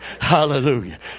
Hallelujah